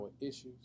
issues